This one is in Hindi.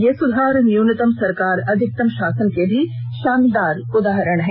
ये सुधार न्यूनतम सरकार अधिकतम शासन के भी शानदार उदाहरण हैं